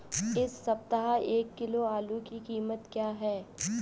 इस सप्ताह एक किलो आलू की कीमत क्या है?